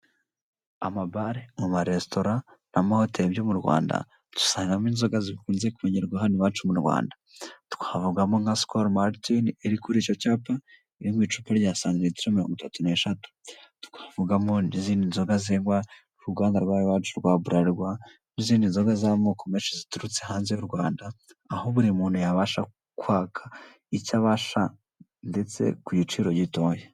Amabari mu ma resitora n'amahoteli byo mu Rwanda dusangamo inzoga zikunze kwengerwa hano iwacu mu Rwanda twavugamo nka sikolo marite iri kuri icyo cyapa iri mu icupa cya santilitilo mirongo itatu n'eshatu twavugamo n'izindi nzoga zengwa rw'aha iwacu rwa bularirwa n'izindi nzoga z'amoko menshi ziturutse hanze y' u Rwanda aho buri muntu yabasha kwaka icyo abasha ndetse kugiciro gitoya.